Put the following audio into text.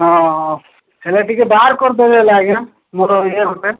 ହଁ ହେଲେ ଟିକେ ବାହାର କରିଦେବେ ହେଲା ଆଜ୍ଞା ମୋର ଇଏ ଗୋଟେ